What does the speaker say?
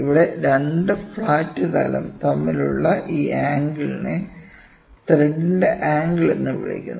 ഇവിടെ 2 ഫ്ലാറ്റ് തലം തമ്മിലുള്ള ഈആംഗിളിനെ ത്രെഡിന്റെ ആംഗിൾ എന്ന് വിളിക്കുന്നു